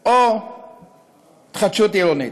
או התחדשות עירונית.